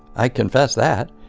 i confess that.